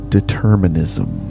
Determinism